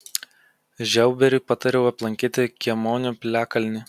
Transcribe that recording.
žiauberiui patariau aplankyti kiemionių piliakalnį